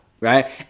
right